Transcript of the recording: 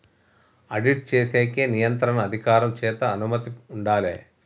audit చేసేకి నియంత్రణ అధికారం చేత అనుమతి ఉండాలే